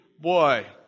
boy